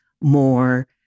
more